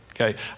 Okay